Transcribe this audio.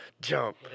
jump